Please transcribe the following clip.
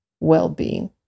well-being